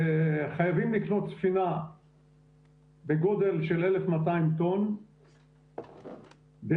שחייבים לקנות ספינה בגודל של 1,200 טון, דחי,